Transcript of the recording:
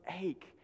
ache